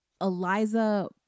Eliza